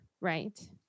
right